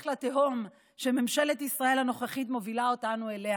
לתהום שממשלת ישראל הנוכחית מובילה אותנו אליה.